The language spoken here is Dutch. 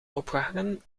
opgehangen